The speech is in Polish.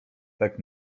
tak